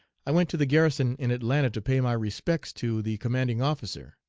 i went to the garrison in atlanta to pay my respects to the commanding officer.